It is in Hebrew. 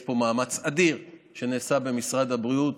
יש פה מאמץ אדיר שנעשה במשרד הבריאות,